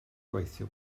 gweithio